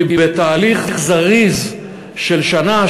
כי בתהליך זריז של שנה,